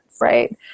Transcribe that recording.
right